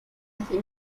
así